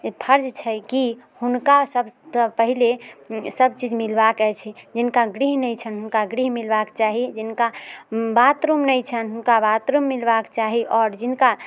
इ फर्ज छै की हुनका सबटा पहिले सब चीज मिलबाके अछि जिनका गृह नहि छनि हुनका गृह मिलबाके चाही जिनका बाथरूम नहि छनि हुनका बाथरूम मिलबाके चाही आओर जिनका